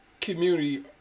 community